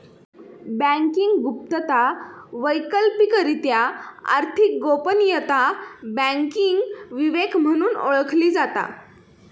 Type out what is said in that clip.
banking गुप्तता, वैकल्पिकरित्या आर्थिक गोपनीयता, बँकिंग विवेक म्हणून ओळखली जाता